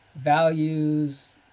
values